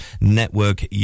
Network